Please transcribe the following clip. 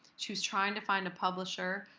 she was trying to find a publisher,